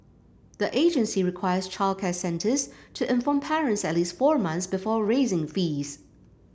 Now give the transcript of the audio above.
the agency requires childcare centres to inform parents at least four months before raising fees